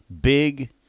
big